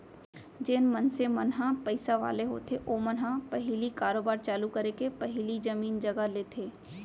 जेन मनसे मन ह पइसा वाले होथे ओमन ह पहिली कारोबार चालू करे के पहिली जमीन जघा लेथे